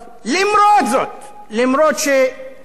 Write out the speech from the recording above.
למרות שבתקשורת הישראלית,